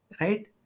Right